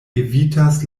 evitas